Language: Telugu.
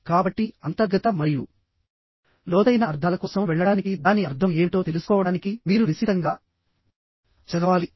కాబట్టి అంతర్గత మరియు లోతైన అర్థాల కోసం వెళ్ళడానికి దాని అర్థం ఏమిటో తెలుసుకోవడానికి మీరు నిశితంగా చదవాలి